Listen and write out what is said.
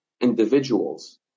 individuals